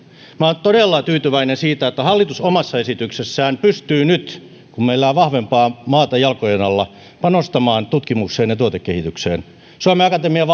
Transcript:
minä olen todella tyytyväinen siitä että hallitus omassa esityksessään pystyy nyt kun meillä on vahvempaa maata jalkojen alla panostamaan tutkimukseen ja tuotekehitykseen suomen akatemian